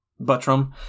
Buttram